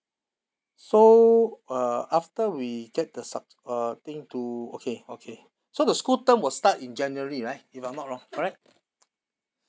so uh after we get the sub~ uh thing to okay okay so the school term will start in january right if I'm not wrong correct